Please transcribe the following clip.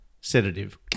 sedative